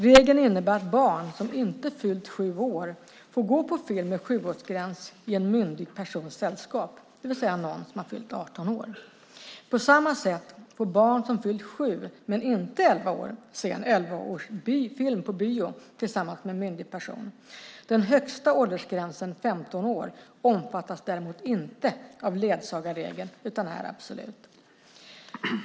Regeln innebär att barn som inte fyllt 7 år får gå på film med 7-årsgräns i en myndig persons sällskap, det vill säga någon som har fyllt 18 år. På samma sätt får barn som fyllt 7 men inte 11 år se en 11-årsfilm på bio tillsammans med en myndig person. Den högsta åldersgränsen 15 år omfattas däremot inte av ledsagarregeln utan är absolut.